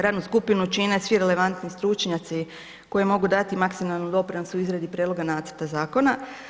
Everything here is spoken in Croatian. Radnu skupinu čine svi relevantni stručnjaci koji mogu dati maksimalnu doprinos u izradi prijedloga nacrta zakona.